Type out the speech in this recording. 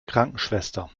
krankenschwester